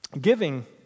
Giving